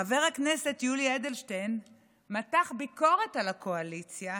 חבר הכנסת יולי אדלשטיין מתח ביקורת על הקואליציה,